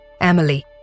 Emily